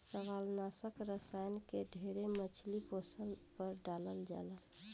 शैवालनाशक रसायन के ढेर मछली पोसला पर डालल जाला